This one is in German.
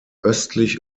östlich